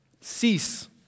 cease